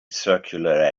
circular